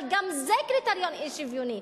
אבל גם זה קריטריון אי-שוויוני.